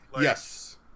Yes